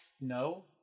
No